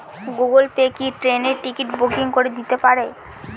Google Pay কি ট্রেনের ticket booking করে দিতে পারে?